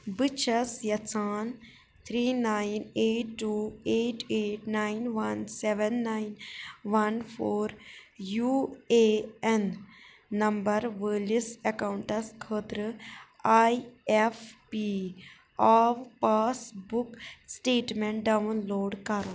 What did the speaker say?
بہٕ چھَ یژھان three nine eight two eight eight nine one seven seven one four U A N number وٲلِس accounts خٲطرٕ E F P O passbook statement download کرُن